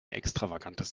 extravagantes